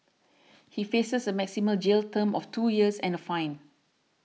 he faces a maximum jail term of two years and a fine